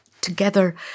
together